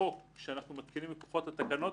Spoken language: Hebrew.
החוק שאנחנו מתקינים מכוחו את התקנות